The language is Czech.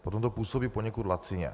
Potom to působí poněkud lacině.